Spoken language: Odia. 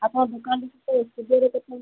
ଆପଣ ଦୋକାନରେ